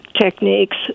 techniques